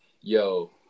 Yo